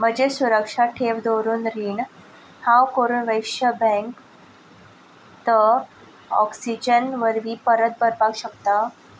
म्हजें सुरक्षा ठेव दवरून रीण हांव कोरूण वैश्य बँक त ऑक्सिजन वरवीं परत भरपाक शकता